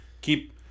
keep